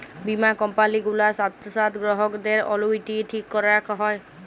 বীমা কম্পালি গুলার সাথ গ্রাহকদের অলুইটি ঠিক ক্যরাক হ্যয়